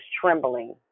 trembling